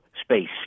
space